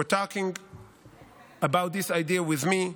for talking about this idea with me,